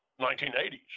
1980s